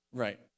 Right